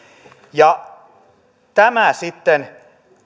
tämä sitten